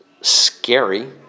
scary